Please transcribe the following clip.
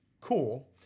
cool